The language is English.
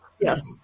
yes